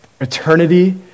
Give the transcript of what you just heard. eternity